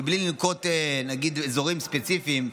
מבלי לנקוב באזורים ספציפיים,